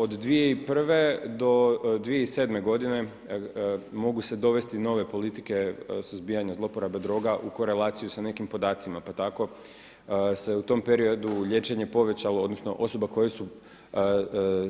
Od 2001. do 2007. godine mogu se dovesti nove politike suzbijanja zloporabe droga u korelaciju sa nekim podacima, pa tako se u tom periodu liječenje povećalo, odnosno osoba koje su